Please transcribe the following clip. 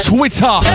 Twitter